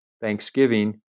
Thanksgiving